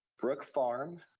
brooke farm,